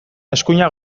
eskuinak